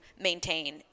maintain